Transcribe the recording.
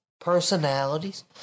personalities